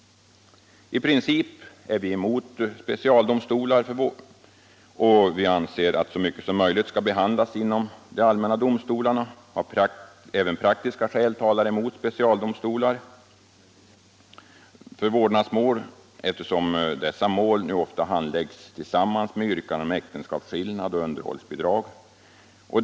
I princip är vi emot specialdomstolar och anser att så mycket som möjligt skall behandlas inom de allmänna domstolarna. Även praktiska skäl talar emot specialdomstolar för vårdnadsmål, eftersom dessa mål nu ofta handläggs tillsammans med yrkanden om äktenskapsskillnad och underhållsbidrag.